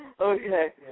Okay